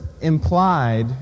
implied